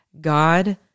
God